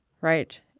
right